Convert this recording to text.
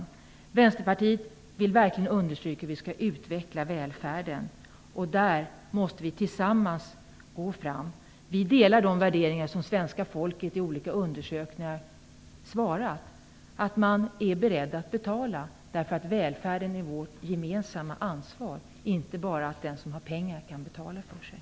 Vi i Vänsterpartiet vill verkligen understryka detta med hur vi skall utveckla välfärden. Där måste vi gå fram tillsammans. Vi instämmer i värderingarna i samband med olika undersökningar där svenska folket har svarat att man är beredd att betala, därför att välfärden är vårt gemensamma ansvar. Det får inte bara handla om den som har pengar och som kan betala för sig.